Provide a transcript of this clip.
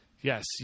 yes